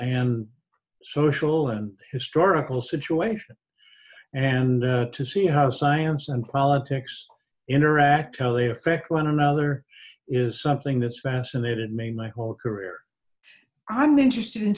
and social and historical situation and to see how science and politics interact tell they affect one another is something that's fascinated me my whole career i'm interested in